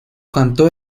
cantó